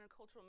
intercultural